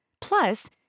Plus